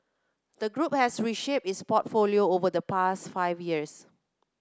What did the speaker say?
the group has reshaped its portfolio over the past five years